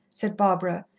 said barbara,